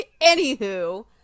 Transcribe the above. anywho